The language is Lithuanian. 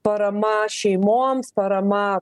parama šeimoms parama